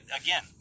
again